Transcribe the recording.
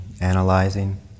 analyzing